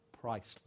priceless